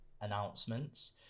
announcements